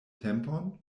tempon